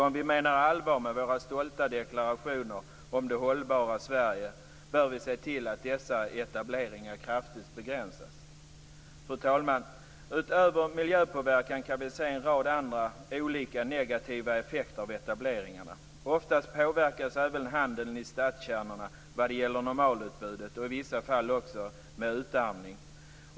Om vi menar allvar med våra stolta deklarationer om det hållbara Sverige bör vi se till att dessa etableringar kraftigt begränsas. Fru talman! Utöver miljöpåverkan kan vi se en rad andra olika negativa effekter av etableringarna. Oftast påverkas även handeln i stadskärnorna vad det gäller normalutbudet, och i vissa fall också med utarmning.